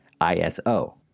ISO